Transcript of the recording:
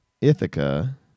Ithaca